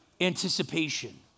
anticipation